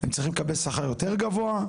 הם צריכים לקבל שכר יותר גבוה,